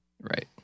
Right